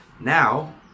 Now